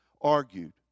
argued